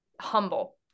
humble